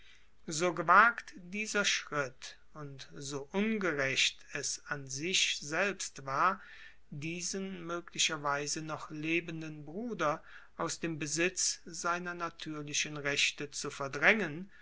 so gewagt dieser schritt und so ungerecht es an sich selbst war diesen möglicherweise noch lebenden bruder aus dem besitz seiner natürlichen rechte zu verdrängen